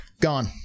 gone